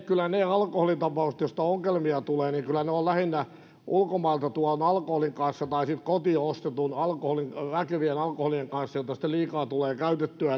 kyllä ne tapaukset joista ongelmia tulee ovat lähinnä ulkomailta tuodun alkoholin kanssa tai sitten kotiin ostettujen väkevien alkoholien kanssa joita sitten liikaa tulee käytettyä